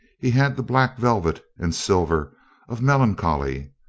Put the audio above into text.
he had the black velvet and silver of melan choly.